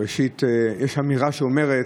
ראשית, יש אמירה שאומרת: